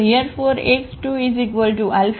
So here for x21x32x1 2